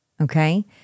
okay